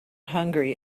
hungry